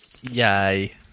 Yay